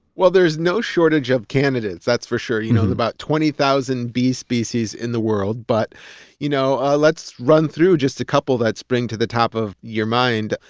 well, there's no shortage of candidates, that's for sure you know about twenty thousand bee species in the world. but you know ah let's run through just a couple that spring to the top of your mind.